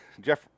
Jeff